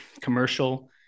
commercial